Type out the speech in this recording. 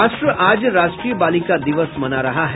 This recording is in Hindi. और राष्ट्र आज राष्ट्रीय बालिका दिवस मना रहा है